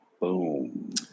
Boom